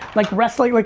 like wrestling, like